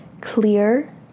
clear